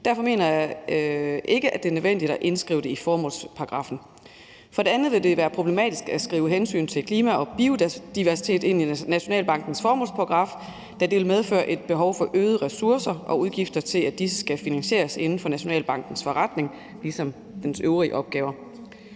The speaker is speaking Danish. Derfor mener jeg ikke, at det er nødvendigt at indskrive det i formålsparagraffen. For det andet vil det være problematisk at skrive hensyn til klima og biodiversitet ind i Nationalbankens formålsparagraf, da det vil medføre et behov for øgede ressourcer og udgifter til, at disse skal finansieres inden for Nationalbankens forretning ligesom dens øvrige opgaver.